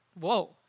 Whoa